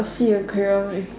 sea aquarium